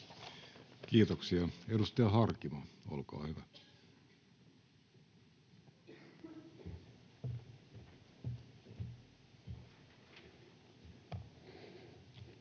Kiitoksia. — Edustaja Harjanne, olkaa hyvä. [Speech